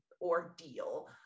ordeal